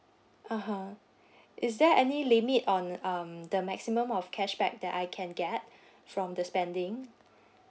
(uh huh) is there any limit on um the maximum of cashback that I can get from the spending